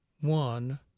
one